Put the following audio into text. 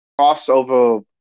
crossover